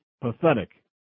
Pathetic